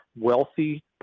wealthy